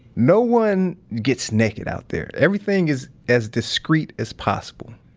no one gets naked out there. everything is as discreet as possible.